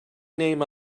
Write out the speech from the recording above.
name